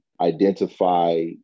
identify